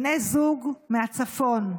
בני זוג מהצפון.